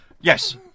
yes